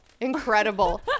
Incredible